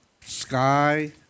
Sky